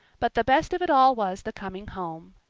but the best of it all was the coming home.